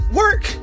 work